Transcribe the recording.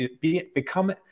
become